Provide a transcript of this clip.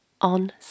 on